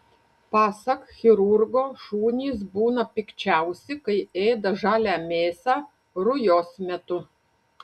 pasak chirurgo šunys būna pikčiausi kai ėda žalią mėsą rujos metu